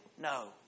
no